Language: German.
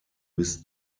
bis